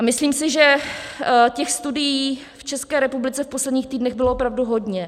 Myslím si, že těch studií v České republice v posledních týdnech bylo opravdu hodně.